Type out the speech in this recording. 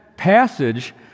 passage